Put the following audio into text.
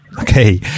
Okay